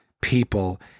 people